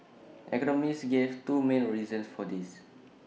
economists gave two main reasons for this